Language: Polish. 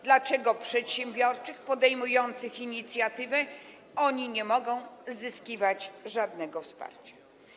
Dlaczego przedsiębiorczy podejmujący inicjatywę nie mogą zyskiwać żadnego wsparcia?